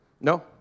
No